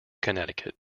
connecticut